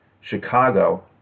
Chicago